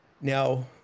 now